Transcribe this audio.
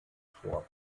vor